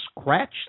scratch